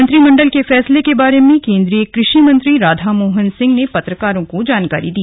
मंत्रिमंडल के फैसले के बारे में केंद्रीय कृषि मंत्री राधामोहन सिंह ने पत्रकारों को जानकारी दी